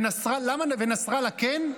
ונסראללה כן?